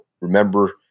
remember